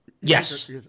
Yes